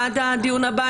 עד הדיון הבא,